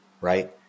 right